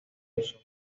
uso